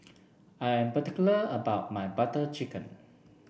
I'm particular about my Butter Chicken